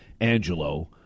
Angelo